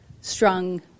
strong